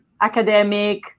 academic